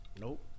Nope